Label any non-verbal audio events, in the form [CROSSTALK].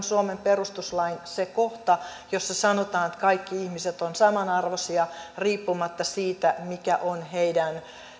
[UNINTELLIGIBLE] suomen perustuslain sen kohdan jossa sanotaan että kaikki ihmiset ovat samanarvoisia riippumatta siitä mikä on heidän